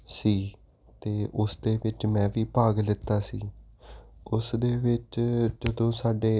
ਸੀ ਤੇ ਉਸ ਦੇ ਵਿੱਚ ਮੈਂ ਵੀ ਭਾਗ ਲਿੱਤਾ ਸੀ ਉਸ ਦੇ ਵਿੱਚ ਜਦੋਂ ਸਾਡੇ